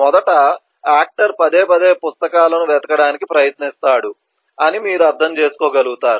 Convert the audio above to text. మొదట ఆక్టర్ పదేపదే పుస్తకాలను వెతకడానికి ప్రయత్నిస్తున్నాడు అని మీరు అర్థం చేసుకోగలుగుతారు